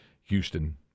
Houston